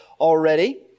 already